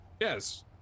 yes